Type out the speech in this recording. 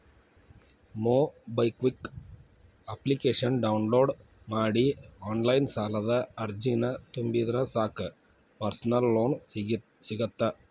MobiKwik ಅಪ್ಲಿಕೇಶನ download ಮಾಡಿ online ಸಾಲದ ಅರ್ಜಿನ ತುಂಬಿದ್ರ ಸಾಕ್ ಪರ್ಸನಲ್ ಲೋನ್ ಸಿಗತ್ತ